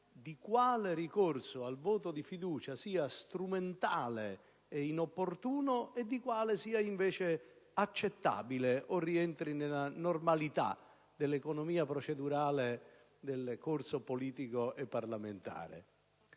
di quale ricorso al voto di fiducia sia strumentale e inopportuno e di quale sia invece accettabile o rientri nella normalità dell'economia procedurale del percorso politico e parlamentare.